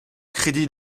crédits